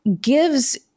gives